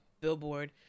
billboard